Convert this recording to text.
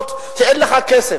לעמותות כי אין לך כסף,